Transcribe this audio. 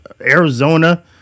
Arizona